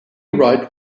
right